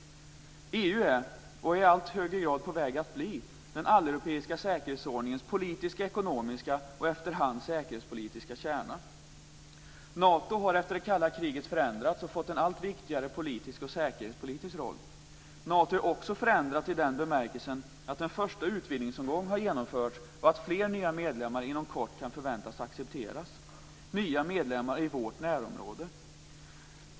EU är, och är i allt högre grad på väg att bli, den alleuropeiska säkerhetsordningens politiska, ekonomiska och efter hand också säkerhetspolitiska kärna. Nato har efter det kalla kriget förändrats och fått en allt viktigare politisk och säkerhetspolitisk roll. Nato är också förändrat i den bemärkelsen att en första utvidgningsomgång har genomförts och att flera nya medlemmar inom kort kan förväntas accepteras - nya medlemmar i vårt närområde.